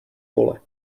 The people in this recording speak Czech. pole